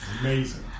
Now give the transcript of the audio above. amazing